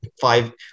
five